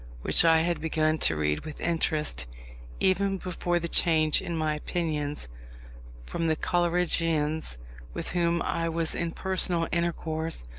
which i had begun to read with interest even before the change in my opinions from the coleridgians with whom i was in personal intercourse